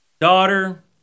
daughter